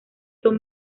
son